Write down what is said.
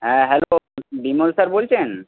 হ্যাঁ hello Bimal sir বলছেন